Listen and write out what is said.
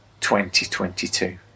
2022